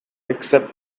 except